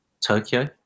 Tokyo